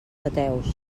ateus